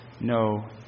no